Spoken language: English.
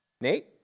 Nate